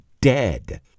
dead